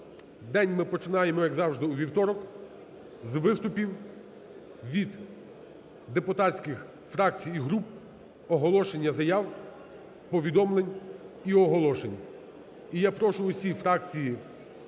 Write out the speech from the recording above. день ми починаємо, як завжди у вівторок, з виступів від депутатських фракцій і груп, оголошення заяв, повідомлень і оголошень. І я прошу усі фракції Верховної